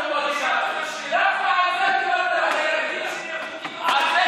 אני בדרך כלל נוהג לא להתערב, חבר הכנסת,